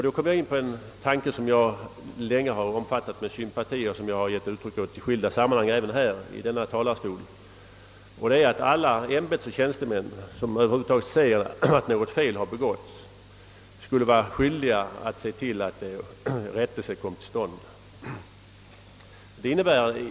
Då kommer jag in på en tanke som jag länge har omfattat med sympati och som jag har givit uttryck åt i skilda sammanhang — även i denna talarstol — nämligen att alla ämbetsoch tjänstemän som över huvud taget märker att något fel har begåtts skulle vara skyldiga att se till att det rättas.